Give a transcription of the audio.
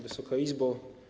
Wysoka Izbo!